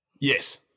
Yes